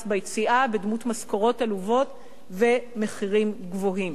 ביציאה בדמות משכורות עלובות ומחירים גבוהים.